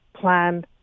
plan